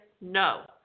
no